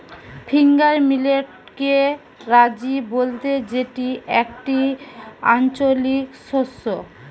finger মিলেটকে রাজি বলতে যেটি একটি আঞ্চলিক শস্য